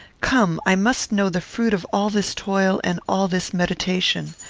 come, i must know the fruit of all this toil and all this meditation.